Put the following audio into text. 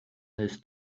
this